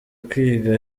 kwiga